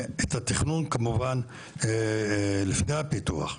ואת התכנון כמובן לפני הפיתוח.